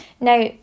Now